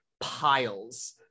piles